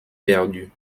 perdue